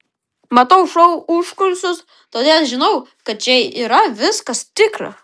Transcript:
matau šou užkulisius todėl žinau kad čia yra viskas tikra